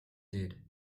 did